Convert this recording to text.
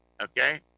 Okay